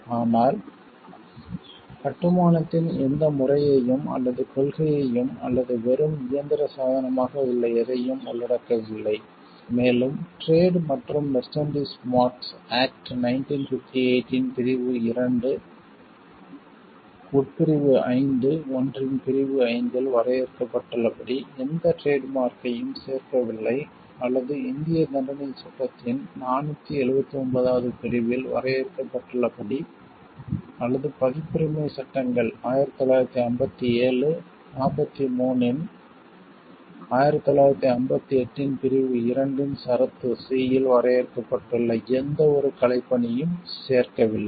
ஆனால் கட்டுமானத்தின் எந்த முறையையும் அல்லது கொள்கையையும் அல்லது வெறும் இயந்திர சாதனமாக உள்ள எதையும் உள்ளடக்கவில்லை மேலும் டிரேட் மற்றும் மெர்ச்சன்டிஸ் மார்க்ஸ் ஆக்ட் 1958 இன் பிரிவு 2 இன் உட்பிரிவு 5 ஒன்றின் பிரிவு 5 இல் வரையறுக்கப்பட்டுள்ளபடி எந்த டிரேட் மார்க்கையும் சேர்க்கவில்லை அல்லது இந்திய தண்டனைச் சட்டத்தின் 479வது பிரிவில் வரையறுக்கப்பட்டுள்ளபடி அல்லது பதிப்புரிமைச் சட்டங்கள் 1957 43 இன் 1958 இன் பிரிவு 2 இன் ஷரத்து c இல் வரையறுக்கப்பட்டுள்ள எந்தவொரு கலைப் பணியும் சேர்க்கவில்லை